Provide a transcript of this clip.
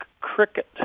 cricket